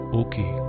okay